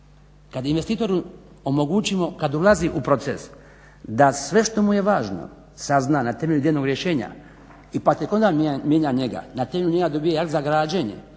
Kad investitoru omogućimo kad ulazi u proces da sve što mu je važno sazna na temelju idejnog rješenja, pa tek onda mijenja njega. Na temelju njega dobije akt za građenje